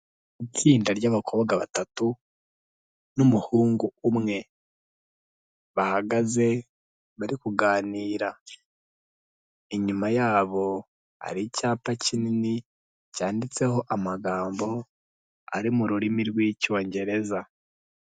Itsinda ry'abakobwa batatu n'umuhungu umwe bahagaze bari kuganira, inyuma yabo hari icyapa kinini cyanditseho amagambo ari mu rurimi rw'icyongereza.